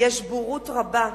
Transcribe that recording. יש בורות רבה,